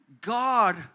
God